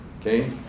Okay